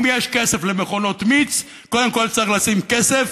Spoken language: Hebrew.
אם יש כסף למכונות מיץ, קודם כול צריך לשים כסף